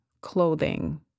clothing